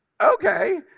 Okay